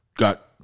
got